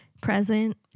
present